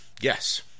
Yes